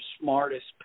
Smartest